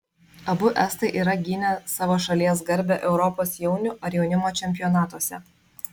abu estai yra gynę savo šalies garbę europos jaunių ar jaunimo čempionatuose